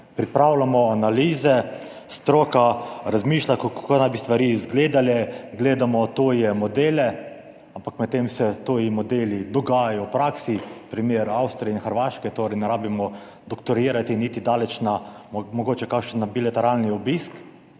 pripravljamo analize, stroka razmišlja, kako naj bi stvari izgledale, gledamo tuje modele. Ampak medtem se tuji modeli dogajajo v praksi, primer Avstrije in Hrvaške, torej ne rabimo doktorirati in iti daleč na mogoče kakšen bilateralni obisk.